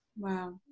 Wow